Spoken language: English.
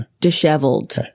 disheveled